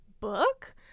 book